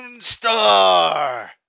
Star